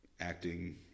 acting